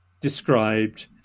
described